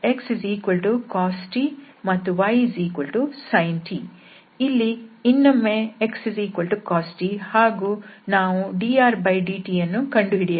ಇಲ್ಲಿ ಇನ್ನೊಮ್ಮೆ x t ಹಾಗೂ ನಾವು drdtಯನ್ನು ಕಂಡುಹಿಡಿಯಬೇಕು